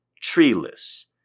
treeless